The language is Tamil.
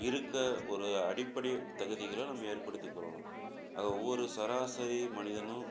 இருக்க ஒரு அடிப்படை தகுதிகளை நம்ம ஏற்படுத்திக்கிறோம் ஆக ஒவ்வொரு சராசரி மனிதனும்